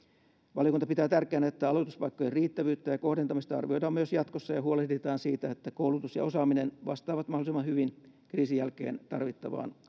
valiokunta pitää tärkeänä että aloituspaikkojen riittävyyttä ja kohdentamista arvioidaan myös jatkossa ja huolehditaan siitä että koulutus ja osaaminen vastaavat mahdollisimman hyvin kriisin jälkeen tarvittavaan